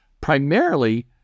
primarily